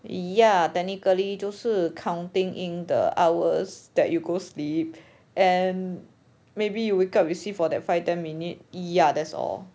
ya technically 就是 counting in the hours that you go sleep and maybe you wake up you see for that five ten minute ya that's all